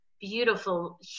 beautiful